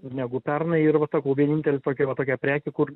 negu pernai ir va sakau vienintelis tokia va tokia prekė kur